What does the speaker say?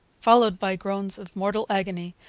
followed by groans of mortal agony,